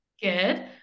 Good